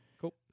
cool